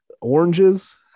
oranges